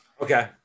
Okay